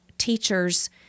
teachers